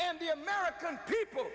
and the american people